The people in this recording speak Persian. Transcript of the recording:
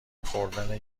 خوردن